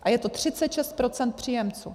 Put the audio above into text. A je to 36 % příjemců.